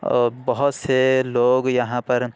اور بہت سے لوگ یہاں پر